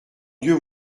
dieu